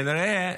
כנראה,